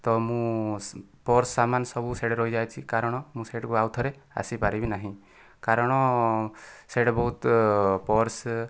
ତ ମୁଁ ପର୍ସ ସାମାନ ସବୁ ସିଆଡ଼େ ରହିଯାଇଛି କାରଣ ମୁଁ ସିଆଡ଼କୁ ଆଉ ଥରେ ଆସିପାରିବି ନାହିଁ କାରଣ ସିଆଡ଼େ ବହୁତ ପର୍ସ